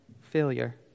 failure